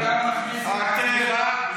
אבל אתה מכניס את עצמך למקומות,